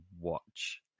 watch